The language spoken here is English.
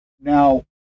Now